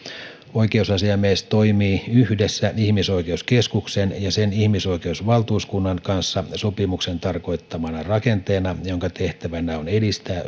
oikeusasiamies toimii yhdessä ihmisoikeuskeskuksen ja sen ihmisoikeusvaltuuskunnan kanssa sopimuksen tarkoittamana rakenteena jonka tehtävänä on edistää